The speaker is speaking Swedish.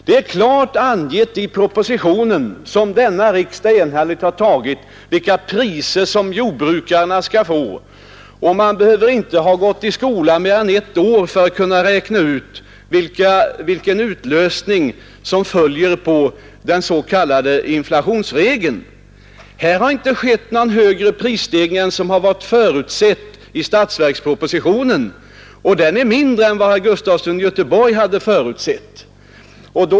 Det är klart angivet i propositionen, som riksdagen enhälligt antog, vilka priser jordbrukarna skall få; och man behöver inte ha gått i skolan mer än ett år för att kunna räkna ut vilken effekt som följer på den s.k. inflationsregeln. Här har inte skett någon högre prisstegring än den som förutsatts i statsverkspropositionen — och den är mindre än den som herr Gustafson i Göteborg hade förutsett.